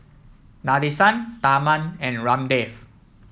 Nadesan Tharman and Ramdev